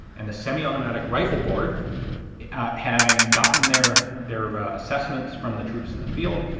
and the semi-automatic rifle board having gotten their their assessments from the troops in the field,